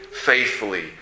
faithfully